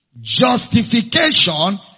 Justification